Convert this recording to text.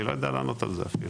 אני לא יודע לענות על זה אפילו.